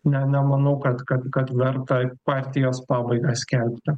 ne na manau kad kad kad verta ir partijos pabaigą skelbti